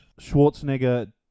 Schwarzenegger